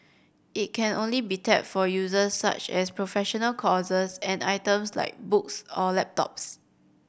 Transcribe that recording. it can only be tapped for uses such as professional courses and items like books or laptops